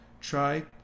try